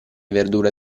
verdure